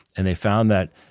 and they found that,